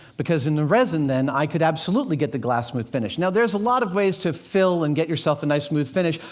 because in the resin, then, i could absolutely get the glass smooth finished. now there's a lot of ways to fill and get yourself a nice smooth finish.